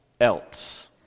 else